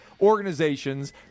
organizations